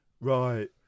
Right